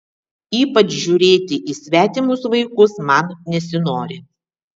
ypač žiūrėti į svetimus vaikus man nesinori